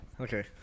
Okay